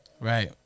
Right